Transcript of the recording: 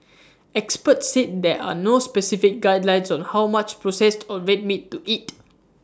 experts said there are no specific guidelines on how much processed or red meat to eat